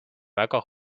väga